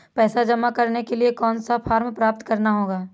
पैसा जमा करने के लिए कौन सा फॉर्म प्राप्त करना होगा?